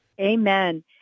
Amen